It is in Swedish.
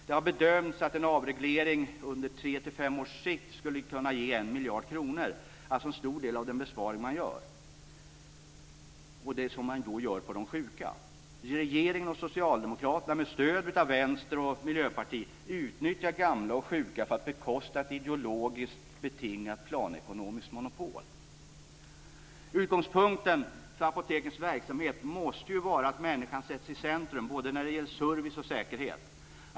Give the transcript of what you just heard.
Det har bedömts att en avreglering på tre till fem års sikt skulle ge ca 1 miljard, alltså en stor del av den besparing man gör på de sjuka. Regering och socialdemokrati utnyttjar med stöd av vänster och miljöparti gamla och sjuka för att bekosta ett ideologiskt betingat planekonomiskt monopol. Utgångspunkten för apotekens verksamhet måste vara att människan sätts i centrum, både när det gäller service och när det gäller säkerhet.